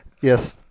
Yes